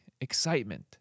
excitement